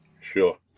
Sure